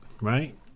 right